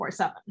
24-7